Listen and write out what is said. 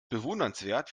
bewundernswert